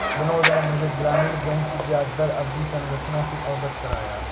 बिनोद ने मुझे ग्रामीण बैंक की ब्याजदर अवधि संरचना से अवगत कराया